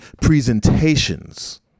Presentations